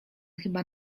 chyba